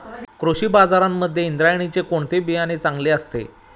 कृषी बाजारांमध्ये इंद्रायणीचे कोणते बियाणे चांगले असते?